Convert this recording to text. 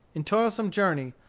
in toilsome journey,